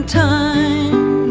time